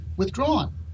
Withdrawn